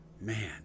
Man